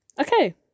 Okay